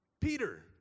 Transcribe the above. Peter